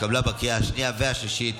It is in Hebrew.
התקבלה בקריאה השנייה והשלישית,